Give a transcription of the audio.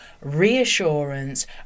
reassurance